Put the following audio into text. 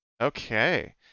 Okay